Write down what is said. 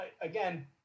again